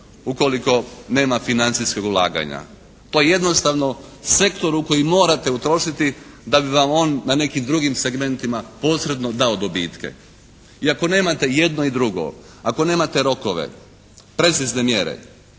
ukoliko nema financijskog ulaganja. To je jednostavno sektor u koji morate utrošiti da bi vam on na nekim drugim segmentima posredno dao dobitke. I ako nemate i jedno i drugo, ako nemate rokove, precizne mjere,